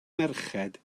merched